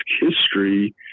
history